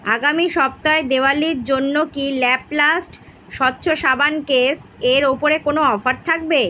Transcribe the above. আগামী সপ্তাহে দীপাবলির জন্য কি ল্যাপ্লাস্ট স্বচ্ছ সাবান কেস এর ওপরে কোনো অফার থাকবে